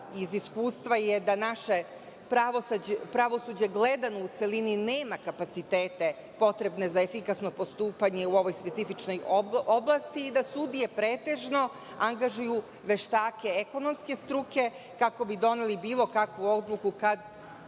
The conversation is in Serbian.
i iskustva je da naše pravosuđe gledano u celini nema kapacitete potrebne za efikasno postupanje u ovoj specifičnoj oblasti i da sudije pretežno angažuju veštake ekonomske struke kako bi doneli bilo kakvu odluku, čak